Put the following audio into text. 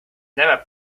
never